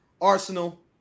Arsenal